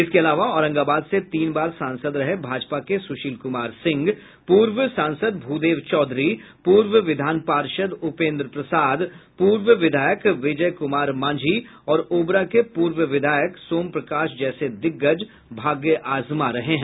इसके अलावा औरंगाबाद से तीन बार सांसद रहे भाजपा के सुशील कुमार सिंह पूर्व सांसद भूदेव चौधरी पूर्व विधान पार्षद् उपेंद्र प्रसाद पूर्व विधायक विजय कुमार मांझी और ओबरा के पूर्व विधायक सोम प्रकाश जैसे दिग्गज भाग्य आजमा रहे हैं